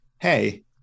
hey